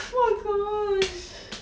oh my gosh